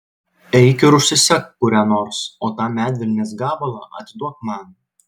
eik ir užsisek kurią nors o tą medvilnės gabalą atiduok man